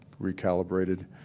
recalibrated